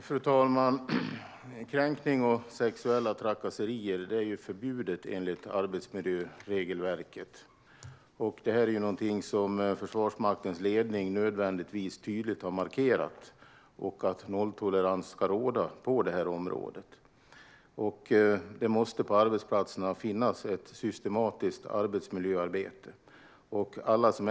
Fru talman! Kränkning och sexuella trakasserier är ju förbjudet enligt arbetsmiljöregelverket, och det har Försvarsmaktens ledning tydligt markerat. Nolltolerans ska råda på det här området. Det måste finnas ett systematiskt arbetsmiljöarbete på arbetsplatserna.